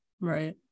right